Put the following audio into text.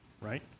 right